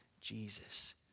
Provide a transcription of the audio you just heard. jesus